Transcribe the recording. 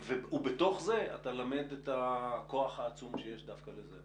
ובתוך זה, אתה למד את הכוח העצום שיש דווקא לזה.